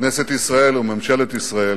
כנסת ישראל וממשלת ישראל,